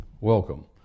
Welcome